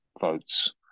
votes